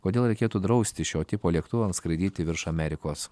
kodėl reikėtų drausti šio tipo lėktuvams skraidyti virš amerikos